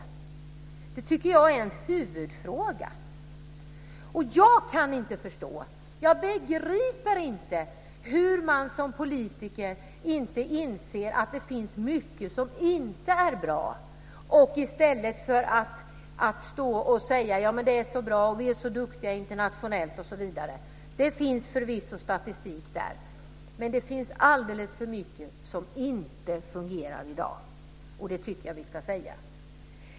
Det tycker jag är en huvudfråga. Jag begriper inte att man som politiker inte inser att det finns mycket som inte är bra. I stället säger man: Men det är så bra, vi är så duktiga internationellt. Det finns förvisso statistik på det, men det finns alldeles för mycket som inte fungerar i dag. Och det tycker jag att vi ska säga.